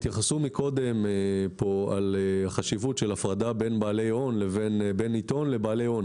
התייחסו קודם פה לחשיבות של הפרדה בין עיתון לבעלי הון